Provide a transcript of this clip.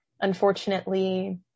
unfortunately